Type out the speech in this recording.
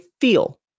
feel